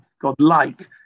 God-like